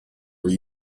were